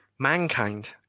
Mankind